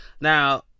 Now